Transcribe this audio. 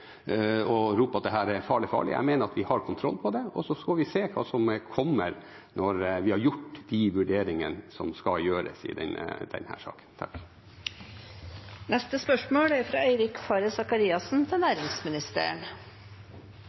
og rope at dette er farlig, farlig. Jeg mener vi har kontroll på det, og så får vi se hva som kommer når vi har gjort de vurderingene som skal gjøres i